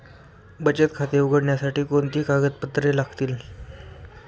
बचत खाते उघडण्यासाठी कोणती कागदपत्रे लागतात?